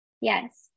Yes